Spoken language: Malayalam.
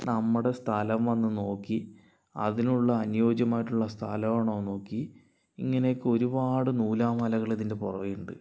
നമ്മുടെ സ്ഥലം വന്നു നോക്കി അതിനുള്ള അനുയോജ്യമായിട്ടുള്ള സ്ഥലമാണോയെന്ന് നോക്കി ഇങ്ങനെയൊക്കെ ഒരുപാട് നൂലാമാലകൾ ഇതിന്റെ പുറകിൽ ഉണ്ട്